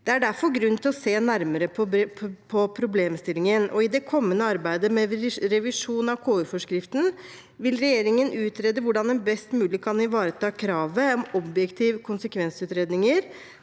Det er derfor grunn til å se nærmere på problemstillingen. I det kommende arbeidet med revisjon av KU-forskriften vil regjeringen utrede hvordan en best mulig kan ivareta kravet om objektive konsekvensutredninger,